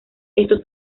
esto